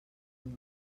dues